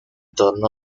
torno